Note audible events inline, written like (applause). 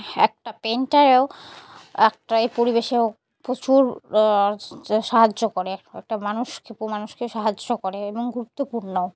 একটা পেইন্টারেও একটা এই পরিবেশেও প্রচুর (unintelligible) সাহায্য করে একটা মানুষকে পো মানুষকে সাহায্য করে এবং গুরুত্বপূর্ণও